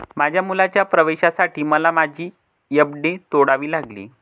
माझ्या मुलाच्या प्रवेशासाठी मला माझी एफ.डी तोडावी लागली